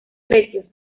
precios